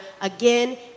again